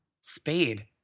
Spade